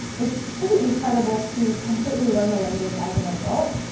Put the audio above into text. it's pretty incredible to completely learn a language as an adult.